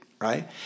right